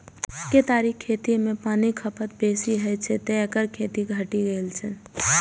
केतारीक खेती मे पानिक खपत बेसी होइ छै, तें एकर खेती घटि गेल छै